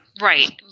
Right